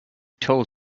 told